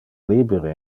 libere